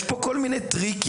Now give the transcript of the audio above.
יש פה כל מיני טריקים,